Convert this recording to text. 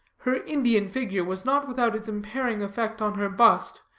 her indian figure was not without its impairing effect on her bust,